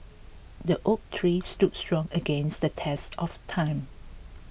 the oak tree stood strong against the test of time